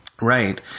Right